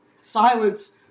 Silence